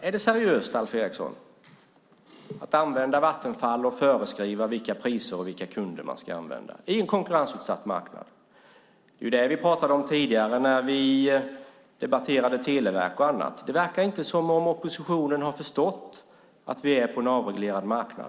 Är det seriöst, Alf Eriksson, att använda Vattenfall för att föreskriva vilka priser man ska ha och vilka kunder man ska använda i en konkurrensutsatt marknad? Det är det vi pratade om tidigare när vi debatterade televerk och annat. Det verkar inte som om oppositionen har förstått att vi är på en avreglerad marknad.